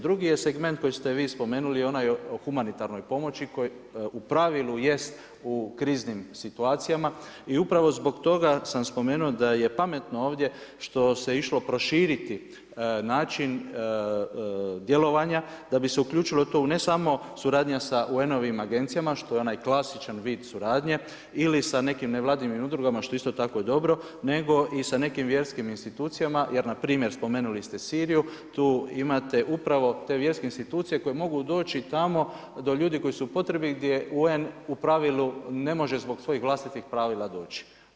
Drugi je segment koji ste vi spomenuli, onaj o humanitarnoj pomoći, koji u pravilu jest u kriznim situacijama i upravo zbog toga sam spomenuo, da je pametno ovdje što se išlo proširiti način djelovanja, da bi se uključilo u to ne samo suradnja sa UN-ovim agencijama, što je onaj klasičan bit suradnje ili sa nekim nevladinim udrugama, što je isto tako dobro, nego i sa nekim vjerskim institucijama, jer npr. spomenuli ste Siriju, tu imate upravo te vjerske institucije koje mogu doći tamo do ljudi koji su u potrebi gdje UN u pravilu ne može zbog svojih vlastitih pravila doći.